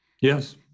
Yes